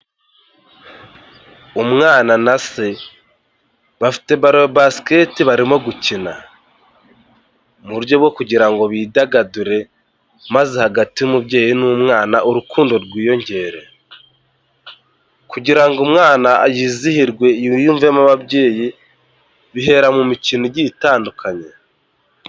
Umwana na se bafite ballon ya basket barimo gukina, mu buryo bwo kugira ngo bidagadure maze hagati y'umubyeyi n'umwana urukundo rwiyongere, kugira ngo umwana yizihirwe yiyumvemo ababyeyi bihera mu mikino igiye itandukanye.